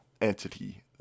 entity